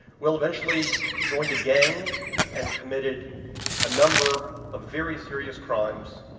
will eventually joined a gang and committed a number of very serious crimes,